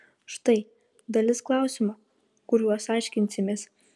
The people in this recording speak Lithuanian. štai dalis klausimų kuriuos aiškinsimės